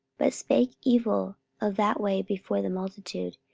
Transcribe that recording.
but spake evil of that way before the multitude,